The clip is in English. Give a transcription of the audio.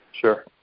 Sure